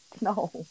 No